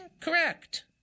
Correct